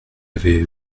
avez